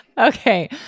Okay